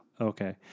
Okay